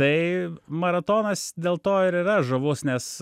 tai maratonas dėl to ir yra žavus nes